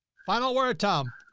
final word, tom.